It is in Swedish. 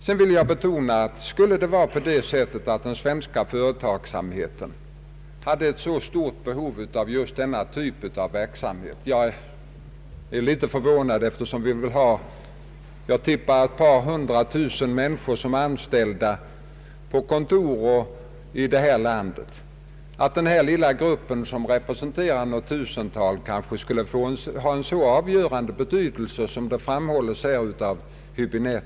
Om just denna typ av verksamhet, som representerar något tusental, skulle ha en så avgörande betydelse som herr Häbinette och andra anser, är detta litet förvånande eftersom cirka 200 000 människor är anställda på kontor i det här landet. Jag tror säkerligen att vi kan undvara denna verksamhet.